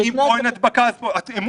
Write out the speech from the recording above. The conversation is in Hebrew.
אם פה אין הדבקה אז גם שם אין הדבקה.